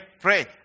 pray